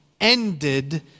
ended